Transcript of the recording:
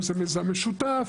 אם זה מיזם משותף,